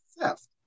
theft